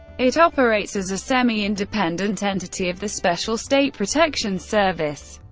it operates as a semi-independent entity of the special state protection service,